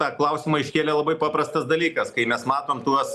tą klausimą iškėlė labai paprastas dalykas kai mes matom tuos